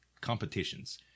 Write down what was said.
competitions